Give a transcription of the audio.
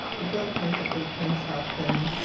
the bill came to eightpence-halfpenny,